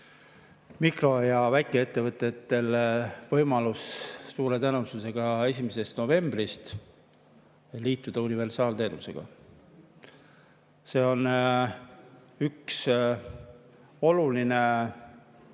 mikro- ja väikeettevõtetel võimalus suure tõenäosusega 1. novembrist liituda universaalteenusega. See on üks oluline